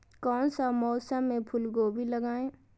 कौन सा मौसम में फूलगोभी लगाए?